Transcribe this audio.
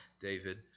David